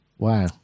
Wow